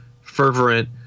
fervent